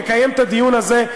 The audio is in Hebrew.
נקיים את הדיון הזה,